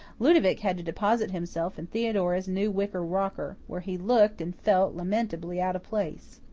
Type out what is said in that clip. ludovic had to deposit himself in theodora's new wicker rocker, where he looked and felt lamentably out of place.